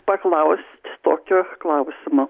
paklaust tokio klausimo